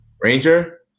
Ranger